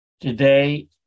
Today